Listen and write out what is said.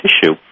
tissue